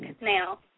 now